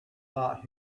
thought